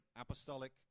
apostolic